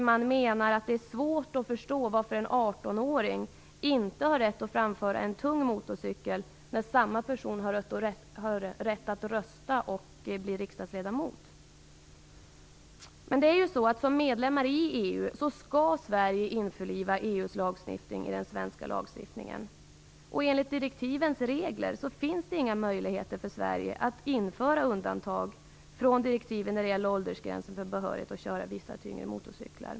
Man menar att det är svårt att förstå varför en 18-åring inte har rätt att framföra en tung motorcykel när samma person har rätt att rösta och att bli riksdagsledamot. Men som medlemmar i EU skall Sverige införliva EU:s lagstiftning i den svenska lagstiftningen. Enligt direktivens regler finns det inga möjligheter för Sverige att införa undantag från direktiven när det gäller åldersgränsen för behörighet att köra vissa tyngre motorcyklar.